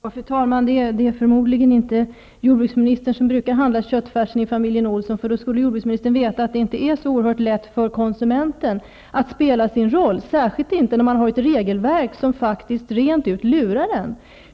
Fru talman! Det är förmodligen inte jordbruksministern som handlar köttfärsen i familjen Olsson, för annars skulle han veta att det inte är så oerhört lätt för konsumenten att spela sin roll, särskilt inte när regelverket rent ut lurar en.